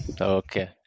Okay